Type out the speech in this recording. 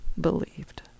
believed